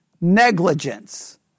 negligence